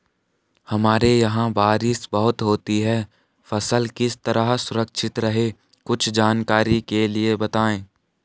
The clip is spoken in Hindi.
हमारे यहाँ बारिश बहुत होती है फसल किस तरह सुरक्षित रहे कुछ जानकारी के लिए बताएँ?